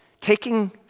taking